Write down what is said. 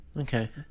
Okay